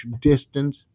distance